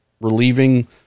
relieving